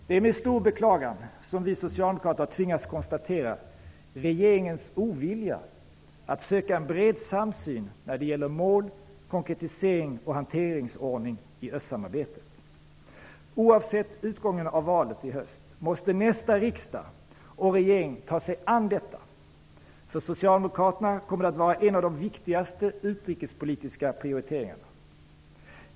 Det är med stort beklagande som vi socialdemokrater tvingas konstatera regeringens ovilja att söka en bred samsyn när det gäller mål, konkretisering och hanteringsordning i östsamarbetet. Oavsett utgången av valet i höst måste nästa riksdag och regering ta sig an detta. För Socialdemokraterna kommer det att vara en av de viktigaste utrikespolitiska prioriteringarna.